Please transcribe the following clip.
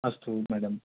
अस्तु मेडम्